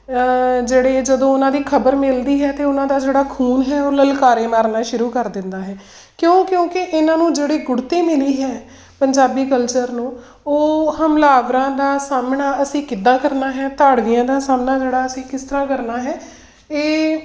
ਜਿਹੜੀ ਜਦੋਂ ਉਹਨਾਂ ਦੀ ਖ਼ਬਰ ਮਿਲਦੀ ਹੈ ਤਾਂ ਉਹਨਾਂ ਦਾ ਜਿਹੜਾ ਖੂਨ ਹੈ ਉਹ ਲਲਕਾਰੇ ਮਾਰਨਾ ਸ਼ੁਰੂ ਕਰ ਦਿੰਦਾ ਹੈ ਕਿਉਂ ਕਿਉਂਕਿ ਇਹਨਾਂ ਨੂੰ ਜਿਹੜੇ ਗੁੜਤੀ ਮਿਲੀ ਹੈ ਪੰਜਾਬੀ ਕਲਚਰ ਨੂੰ ਉਹ ਹਮਲਾਵਰਾਂ ਦਾ ਸਾਹਮਣਾ ਅਸੀਂ ਕਿੱਦਾਂ ਕਰਨਾ ਹੈ ਧਾੜਵੀਆਂ ਦਾ ਸਾਹਮਣਾ ਜਿਹੜਾ ਅਸੀਂ ਕਿਸ ਤਰ੍ਹਾਂ ਕਰਨਾ ਹੈ ਇਹ